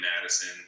Madison